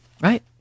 Right